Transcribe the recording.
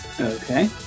Okay